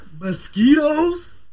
mosquitoes